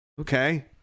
Okay